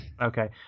Okay